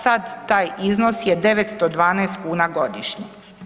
Sad taj iznos je 912 kuna godišnje.